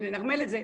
לנרמל את זה,